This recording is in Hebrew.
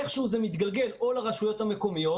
איכשהו זה מתגלגל או לרשויות המקומיות